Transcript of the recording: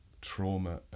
trauma